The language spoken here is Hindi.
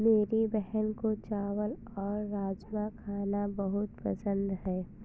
मेरी बहन को चावल और राजमा खाना बहुत पसंद है